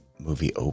Movie